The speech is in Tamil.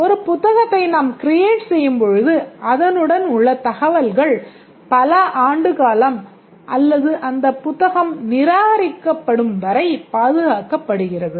ஒரு புத்தகத்தை நாம் create செய்யும் பொழுது அதனுடன் உள்ள தகவல்கள் பல ஆண்டுகாலம் அல்லது அந்தப் புத்தகம் நிராகரிக்கப்படும் வரை பாதுகாக்கப்படுகிறது